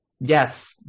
yes